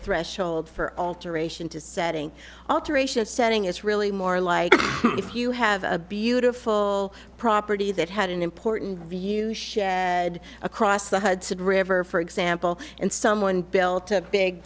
threshold for alteration to setting alterations setting is really more like if you have a beautiful property that had an important view across the hudson river for example and someone built a big